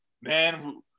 Man